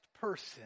person